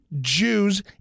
Jews